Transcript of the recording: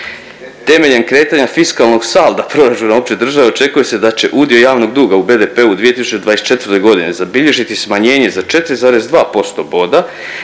Temeljem kretanja fiskalnog salda proračuna opće države očekuje se da će udio javnog duga u BDP-u u 2024.g. zabilježiti smanjenje za 4,2% boda